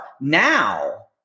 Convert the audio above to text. Now